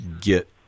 get